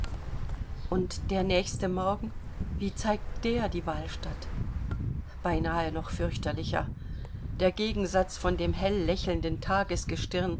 und der nächste morgen wie zeigt der die wahlstatt beinah noch fürchterlicher der gegensatz von dem